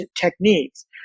techniques